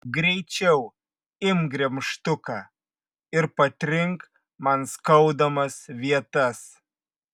greičiau imk gremžtuką ir patrink man skaudamas vietas